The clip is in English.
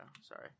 Sorry